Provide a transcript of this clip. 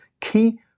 key